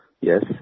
Yes